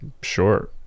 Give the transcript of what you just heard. sure